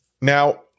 Now